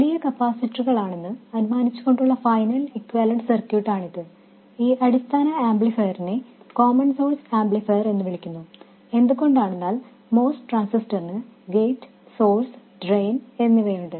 വലിയ കപ്പാസിറ്ററുകളാണെന്ന് അനുമാനിച്ചുകൊണ്ടുള്ള ഫൈനൽ ഇക്യുവാലെൻറ് സർക്യൂട്ട് ആണിത് ഈ അടിസ്ഥാന ആംപ്ലിഫയറിനെ കോമൺ സോഴ്സ് ആംപ്ലിഫയർ എന്ന് വിളിക്കുന്നു എന്തുകൊണ്ടാണെന്നാൽ MOS ട്രാൻസിസ്റ്ററിന് ഗേറ്റ് സോഴ്സ് ഡ്രെയിൻ എന്നിവയുണ്ട്